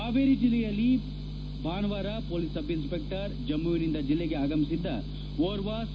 ಹಾವೇರಿ ಜೆಲ್ಲೆಯಲ್ಲಿ ಭಾನುವಾರ police sub inspector ಜಮ್ಮವಿನಿಂದ ಜೆಲ್ಲೆಗೆ ಆಗಮಿಸಿದ ಓರ್ವ ಸಿ